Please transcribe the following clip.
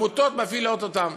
עמותות מפעילות אותם.